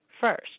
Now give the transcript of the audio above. first